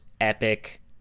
epic